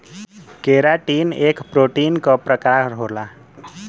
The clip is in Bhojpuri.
केराटिन एक प्रोटीन क प्रकार होला